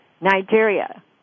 Nigeria